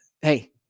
hey